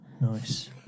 Nice